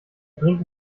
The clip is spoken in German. bringt